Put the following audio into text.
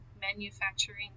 manufacturing